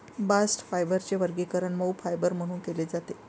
bast फायबरचे वर्गीकरण मऊ फायबर म्हणून केले जाते